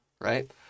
right